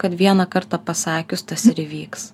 kad vieną kartą pasakius tas ir įvyks